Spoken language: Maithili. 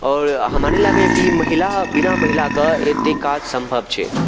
आओर हमरा नहि लागैए की महिला बिना महिलाके एत्तेक काज सम्भव छै